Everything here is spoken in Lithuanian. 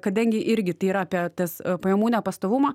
kadangi irgi tai yra apie tas pajamų nepastovumą